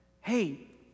hey